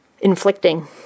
inflicting